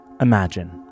Imagine